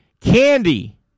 Candy